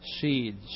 seeds